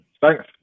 Thanks